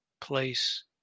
place